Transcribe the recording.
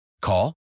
Call